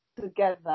together